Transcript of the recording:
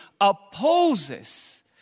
opposes